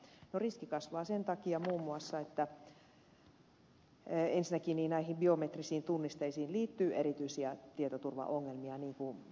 no riski kasvaa sen takia muun muassa että ensinnäkin näihin biometrisiin tunnisteisiin liittyy erityisiä tietoturvaongelmia niin kuin muistaakseni ed